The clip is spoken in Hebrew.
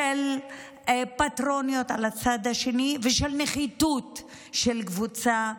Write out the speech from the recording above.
של פטרונות על צד שני ושל נחיתות של קבוצה מסוימת.